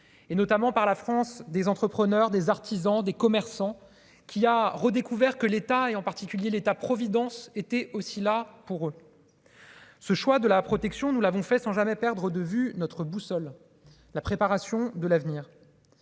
et notamment par la France, des entrepreneurs, des artisans, des commerçants qui a redécouvert que l'état et en particulier l'État providence était aussi là pour eux, ce choix de la protection, nous l'avons fait sans jamais perdre de vue notre boussole, la préparation de l'avenir,